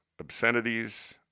Obscenities